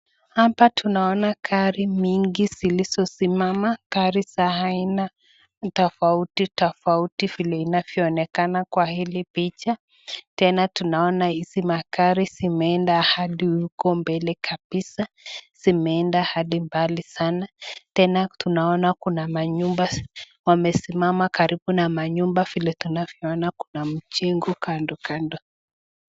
Hapa tunaona gari mingi zilizosimama, gari za aina tofauti tofauti vile inavyoonekana kwa hili picha. Tena tunaona hizi magari zimeenda hadi huko mbele kabisa. Zimeenda hadi mbali sana. Tena tunaona kuna manyumba wamesimama karibu na manyumba vile tuna